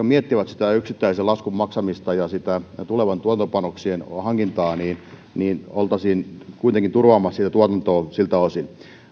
miettivät sitä yksittäisen laskun maksamista ja tulevien tuotantopanoksien hankintaa niin niin oltaisiin kuitenkin turvaamassa sitä tuotantoa siltä osin